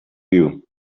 you